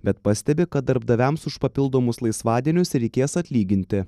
bet pastebi kad darbdaviams už papildomus laisvadienius reikės atlyginti